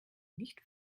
nicht